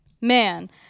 man